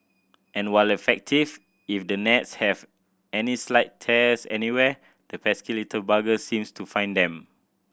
and while effective if the nets have any slight tears anywhere the pesky little buggers seem to find them